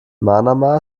manama